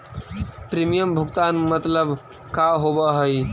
Premium भुगतान मतलब का होव हइ?